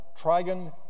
trigon